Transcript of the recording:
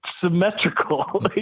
symmetrical